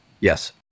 Yes